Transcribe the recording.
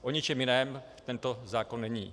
O ničem jiném tento zákon není.